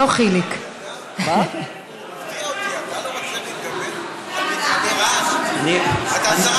תוכנית לאומית בין-משרדית שנועדה לסייע